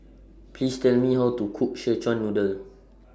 Please Tell Me How to Cook Szechuan Noodle